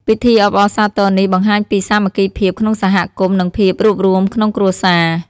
ពិធីអបអរសាទរនេះបង្ហាញពីសាមគ្គីភាពក្នុងសហគមន៍ និងភាពរួបរួមក្នុងគ្រួសារ។